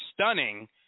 stunning